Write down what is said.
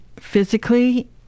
physically